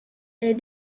est